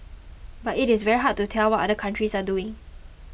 but it is very hard to tell what other countries are doing